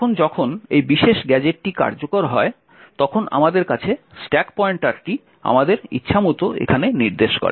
এখন যখন এই বিশেষ গ্যাজেটটি কার্যকর হয় তখন আমাদের কাছে স্ট্যাক পয়েন্টারটি আমাদের ইচ্ছামত এখানে নির্দেশ করে